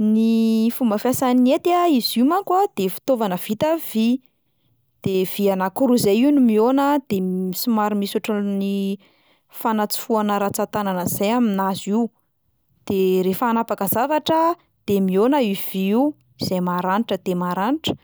Ny fomba fiasan'ny hety a, izy io manko a de fitaovana vita amin'ny vy, de vy anankiroa zay io no mihaona, de m- somary misy ohatran'ny fanatsofoana rantsan-tànana zay aminazy io, de rehefa hanapaka zavatra de mihaona io vy io zay maranitra de maranitra,